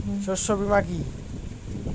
শস্য বীমা কি?